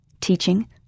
Teaching